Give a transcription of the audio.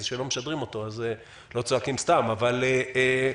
זה שלא משדרים אותו אז לא צועקים סתם אבל פה,